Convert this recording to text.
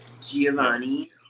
Giovanni